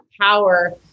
power